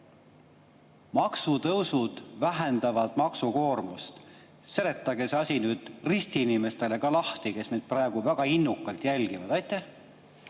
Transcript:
maksutõusud vähendavad maksukoormust. Seletage see asi nüüd lahti ka ristiinimestele, kes meid praegu väga innukalt jälgivad. Aitäh,